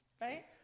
right